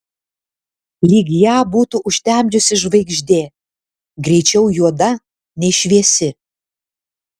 lyg ją būtų užtemdžiusi žvaigždė greičiau juoda nei šviesi